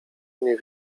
mnie